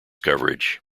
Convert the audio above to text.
coverage